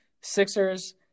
Sixers